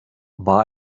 war